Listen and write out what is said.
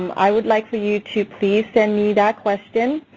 um i would like for you to please send me that question.